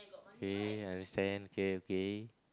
okay understand okay okay